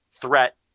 threat